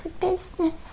business